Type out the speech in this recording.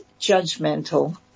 judgmental